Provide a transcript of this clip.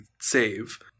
save